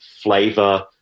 flavor